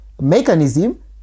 mechanism